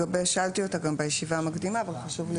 ושאלתי אותה גם בישיבה המקדימה וחשוב לי